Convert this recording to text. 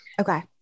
Okay